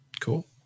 cool